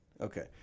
Okay